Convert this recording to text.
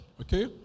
Okay